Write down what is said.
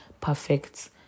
perfect